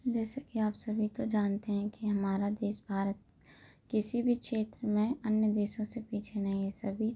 जैसा कि आप सभी तो जानते हैं कि हमारा देश भारत किसी भी क्षेत्र में अन्य देशों से पीछे नहीं है सभी